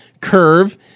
curve